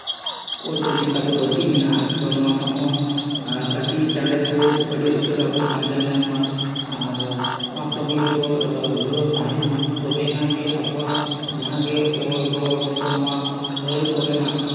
ᱠᱚ ᱡᱩᱫᱤ ᱛᱟᱵᱚ ᱵᱟᱹᱠᱤ ᱢᱮᱱᱟᱜᱼᱟ ᱛᱚ ᱱᱚᱣᱟ ᱠᱚᱦᱚᱸ ᱟᱹᱰᱤ ᱪᱟᱬᱮ ᱵᱚ ᱟᱹᱰᱤ ᱩᱥᱟᱹᱨᱟ ᱵᱚ ᱯᱟᱸᱡᱟ ᱧᱟᱢ ᱢᱟ ᱟᱨ ᱱᱚᱣᱟ ᱠᱟᱹᱢᱤ ᱨᱮᱵᱚ ᱫᱷᱩᱨᱟᱹᱣ ᱛᱟᱦᱮᱱ ᱢᱟ ᱛᱚᱵᱮ ᱮᱱᱟᱝ ᱜᱮ ᱟᱵᱚᱣᱟᱜ ᱡᱟᱦᱟᱸᱜᱮ ᱚᱞ ᱨᱚᱲ ᱥᱮ ᱱᱚᱣᱟ ᱟᱹᱲᱟᱹ ᱠᱚᱨᱮᱱᱟᱜ